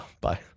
Bye